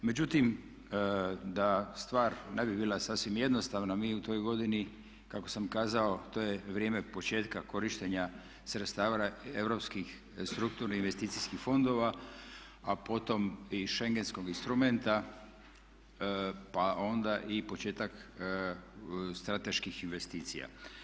Međutim, da stvar ne bi bila sasvim jednostavna mi u toj godini kako sam kazao to je vrijeme početka korištenja sredstava europskih strukturnih investicijskih fondova a potom i schengenskog instrumenta pa onda i početak strateških investicija.